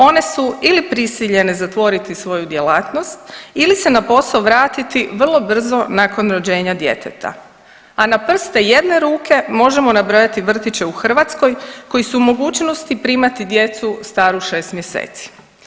One su ili prisiljene zatvoriti svoju djelatnost ili se na posao vratiti vrlo brzo nakon rođenja djeteta, a na prste jedne ruke možemo nabrojati vrtiće u Hrvatskoj koji su u mogućnosti primati djecu staru 6 mjeseci.